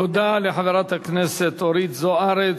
תודה לחברת הכנסת אורית זוארץ.